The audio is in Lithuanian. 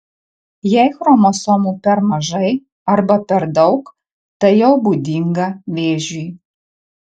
jei chromosomų per mažai arba per daug tai jau būdinga vėžiui